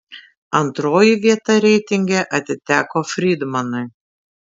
antroji vieta reitinge atiteko frydmanui